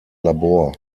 labor